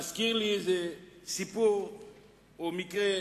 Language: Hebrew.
מזכיר לי סיפור או מקרה